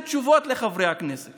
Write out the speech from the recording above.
עוד כמה שניות, ברשותך.